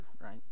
right